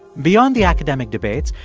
beyond the academic debates,